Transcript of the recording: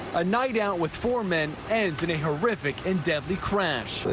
a night out with four men ends in a horrific and deadly crash.